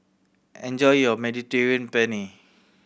enjoy your Mediterranean Penne